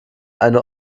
eine